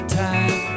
time